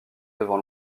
devant